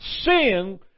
Sin